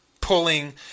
pulling